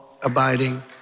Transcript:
abiding